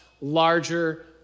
larger